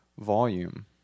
volume